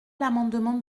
l’amendement